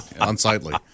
unsightly